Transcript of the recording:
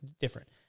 different